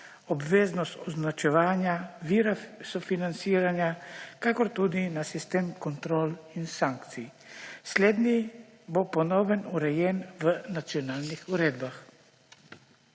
obveznost označevanja, vir sofinanciranja kakor tudi na sistem kontrol in sankcij. Slednji bo po novem urejen v nacionalnih uredbah.